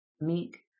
meek